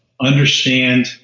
understand